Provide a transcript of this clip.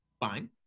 fine